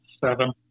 Seven